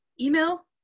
email